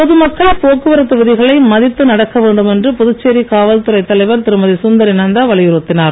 பொது மக்கள் போக்குவரத்து விதிகளை மதித்து நடக்க வேண்டும் என்று புதுச்சேரி காவல்துறை தலைவர் திருமதி சுந்தரி நந்தா வலியுறுத்தினார்